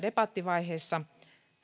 debattivaiheessa